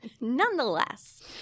nonetheless